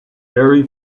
very